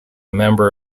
member